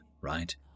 right